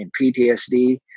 PTSD